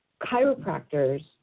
chiropractors